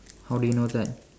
how do you know that